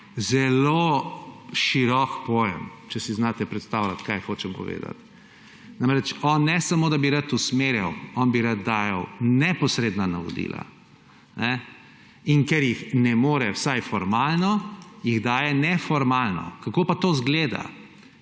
zelo širok pojem, če si znate predstavljati, kaj hočem povedati. On ne bi rad samo usmerjal, on bi rad dajal neposredna navodila. In ker jih ne more, vsaj formalno, jih daje neformalno. Kako pa to izgleda?